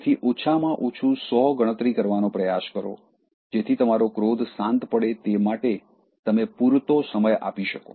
તેથી ઓછામાં ઓછું ૧૦૦ સુધી ગણતરી કરવાનો પ્રયાસ કરો જેથી તમારો ક્રોધ શાંત પડે તે માટે તમે પૂરતો સમય આપી શકો